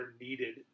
needed